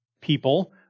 people